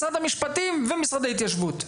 משרד המשפטים ומשרד ההתיישבות.